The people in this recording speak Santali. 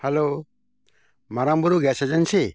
hello Marang Buru gas agency